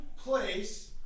Place